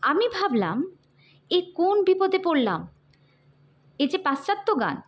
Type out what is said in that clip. আমি ভাবলাম এ কোন বিপদে পড়লাম এ যে পাশ্চাত্য গান